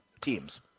teams